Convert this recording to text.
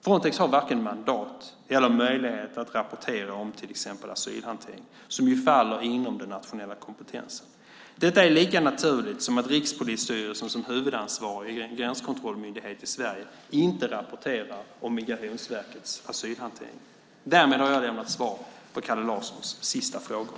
Frontex har varken mandat eller möjlighet att rapportera om till exempel asylhantering, som ju faller inom den nationella kompetensen. Detta är lika naturligt som att Rikspolisstyrelsen som huvudansvarig gränskontrollmyndighet i Sverige inte rapporterar om Migrationsverkets asylhantering. Därmed har jag lämnat svar på Kalle Larssons sista frågor.